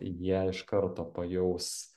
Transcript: jie iš karto pajaus